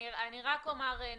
אני רק אומר,